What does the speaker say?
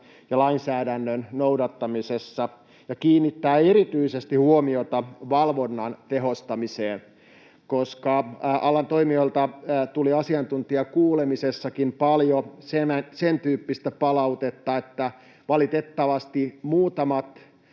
ja lainsäädännön noudattamisessa ja kiinnittää erityisesti huomiota valvonnan tehostamiseen. Koska alan toimijoilta tuli asiantuntijakuulemisessakin paljon sen tyyppistä palautetta, että valitettavasti muutamat